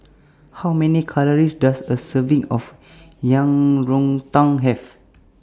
How Many Calories Does A Serving of Yang Rou Tang Have